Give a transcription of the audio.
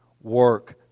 work